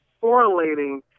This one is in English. correlating